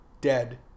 dead